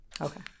Okay